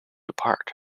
apart